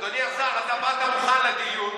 אדוני השר, אתה באת מוכן לדיון.